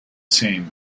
same